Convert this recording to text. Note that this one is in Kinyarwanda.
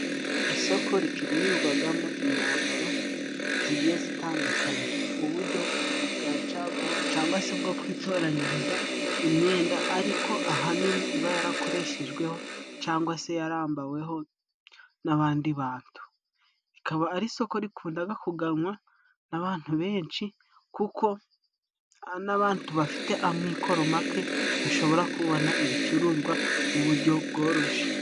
Isoko ricururizwagamo imyambaro zigiye zitandukanye mu bujyo bwa caguwa cangwa se bwo kwitoranyiriza imyenda ariko ahanini iba yarakoreshejweho cangwa se yarambaweho n'abandi bantu. Ikaba ari isoko rikundaga kuganwa n'abantu benshi kuko n'abantu bafite amikoro make bashobora kubona ibicuruzwa mu bujyo bworoshye.